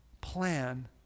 plan